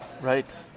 Right